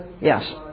Yes